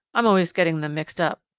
i'm always getting them mixed up.